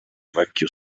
vecchio